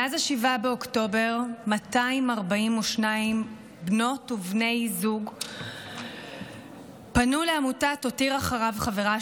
מאז 7 באוקטובר 242 בנות ובני זוג פנו לעמותת "הותיר אחריו חברה",